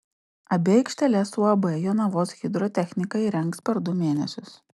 abi aikšteles uab jonavos hidrotechnika įrengs per du mėnesius